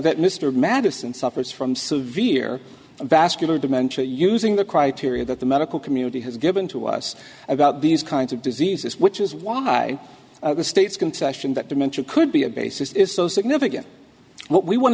that mr madison suffers from severe vascular dementia using the criteria that the medical community has given to us about these kinds of diseases which is why the states concession that dimension could be a basis is so significant what we want